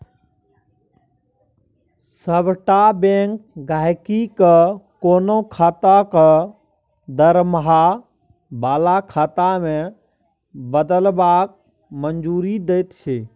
सभटा बैंक गहिंकी केँ कोनो खाता केँ दरमाहा बला खाता मे बदलबाक मंजूरी दैत छै